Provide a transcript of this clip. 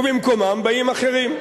ובמקומם באים אחרים.